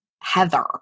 Heather